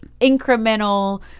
incremental